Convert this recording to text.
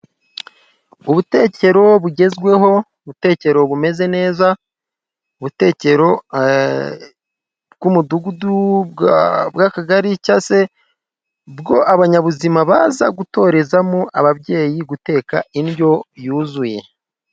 Ubutekero bugezweho, ubutekero bumeze neza, ubutekero rw'umudugudu, bwakagari, cyangwa se bwo abanyabuzima baza gutorezamo ababyeyi guteka indyo yuzuye.